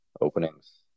openings